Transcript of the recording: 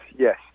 Yes